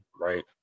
Right